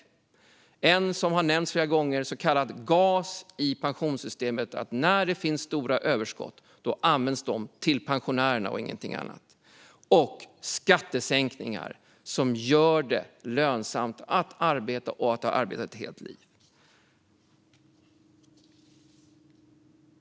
Något som har nämnts flera gånger är den så kallade gasen i pensionssystemet, som innebär att stora överskott ska användas till pensionärerna och ingenting annat. Och skattesänkningarna gör det lönsamt att arbeta och att ha arbetat ett helt liv.